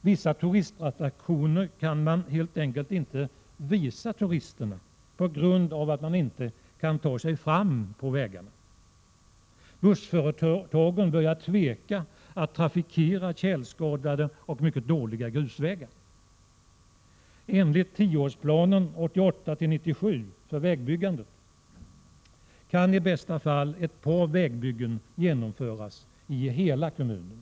Vissa turistattraktioner kan man helt enkelt inte visa turisterna på grund av att det inte går att ta sig fram på vägarna. Bussföretagen börjar tveka att trafikera tjälskadade och mycket dåliga grusvägar. Enligt tioårsplanen 1988-1997 kan i bästa fall ett par vägbyggen genomföras i hela kommunen.